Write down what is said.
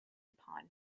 upon